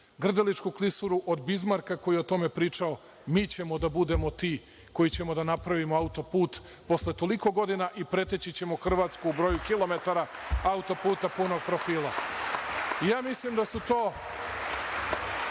Grdeličku klisuru, od Bizmarka, koji je o tome pričao, mi ćemo da budemo ti koji ćemo da napravimo autoput posle toliko godina i preteći ćemo Hrvatsku u broju kilometara autoputa punog profila. Mislim da su to